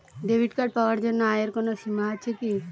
Debit card পাওয়ার জন্য আয়ের কোনো সীমা আছে কি?